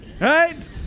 Right